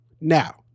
Now